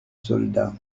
soldat